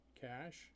cash